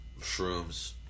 shrooms